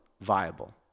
viable